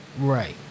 Right